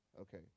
Okay